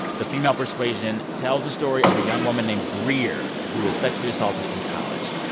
the female persuasion tells a story of a young woman named greer who was sexually assaulted in college.